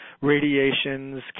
radiations